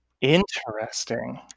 Interesting